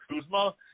Kuzma